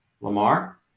Lamar